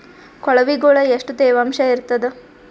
ಕೊಳವಿಗೊಳ ಎಷ್ಟು ತೇವಾಂಶ ಇರ್ತಾದ?